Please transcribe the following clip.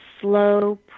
slow